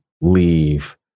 leave